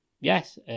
Yes